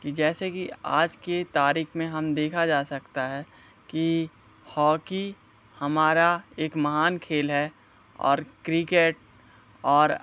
कि जैसे कि आज की तारीख़ में हम देखा जा सकता है कि हॉकी हमारा एक महान खेल है और क्रिकेट और